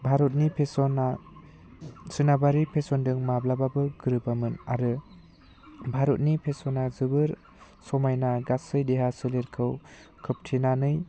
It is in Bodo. भारतनि फेशना सोनाबारि फेशनजों माब्लाबाबो गोरोबामोन आरो भारतनि फेशना जोबोर समायना गासै देहा सोलेरखौ खोबथेनानै